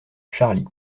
charly